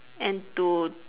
and to